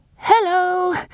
Hello